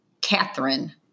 Catherine